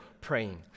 praying